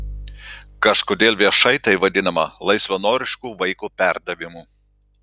kažkodėl viešai tai vadinama laisvanorišku vaiko perdavimu